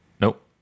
nope